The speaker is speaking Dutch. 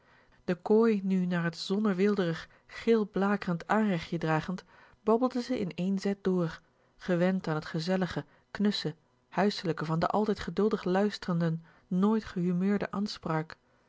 de kooi nu naar t zonne weelderig geel blakerend aanrechtje dragend babbelde ze in één zet door gewend an t gezellige knusse huiselijke van den altijd geduldig luisterenden nooit gehumeurden a